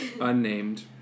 Unnamed